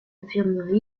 infirmerie